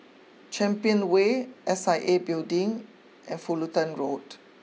Champion way S I A Building and Fullerton Road